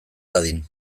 dadin